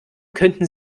könnten